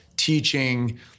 teaching